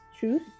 choose